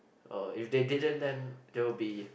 oh if they didn't then there will be